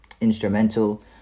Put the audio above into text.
instrumental